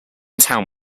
town